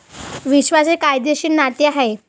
विश्वास हे कायदेशीर नाते आहे